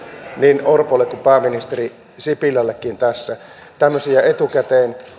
niin orpolle kuin pääministeri sipilällekin tämmöisiä etukäteen